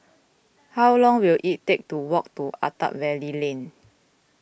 how long will it take to walk to Attap Valley Lane